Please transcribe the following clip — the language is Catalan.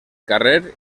carrer